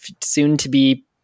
soon-to-be